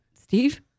Steve